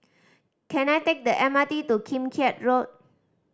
can I take the M R T to Kim Keat Road